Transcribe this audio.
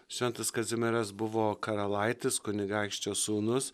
šventas kazimieras buvo karalaitis kunigaikščio sūnus